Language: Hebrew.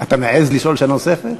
אתה מעז לשאול שאלה נוספת?